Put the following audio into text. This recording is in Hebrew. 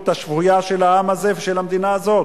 השפויה של העם הזה ושל המדינה הזאת?